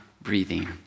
breathing